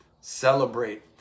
celebrate